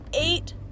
eight